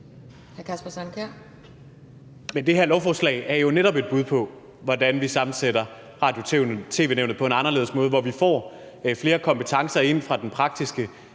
det her lovforslag er jo netop et bud på, hvordan vi sammensætter Radio- og tv-nævnet på en anderledes måde, hvor vi får flere kompetencer ind fra den praktiske